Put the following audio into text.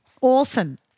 awesome